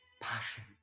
passion